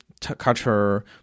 culture